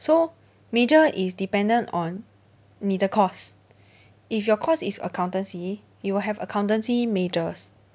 so major is dependent on 你的 course if your course is accountancy you will have accountancy majors